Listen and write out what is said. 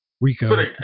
Rico